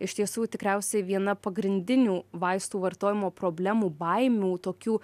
iš tiesų tikriausiai viena pagrindinių vaistų vartojimo problemų baimių tokių